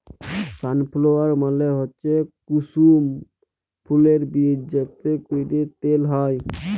sunflower মালে হচ্যে কুসুম ফুলের বীজ যাতে ক্যরে তেল হ্যয়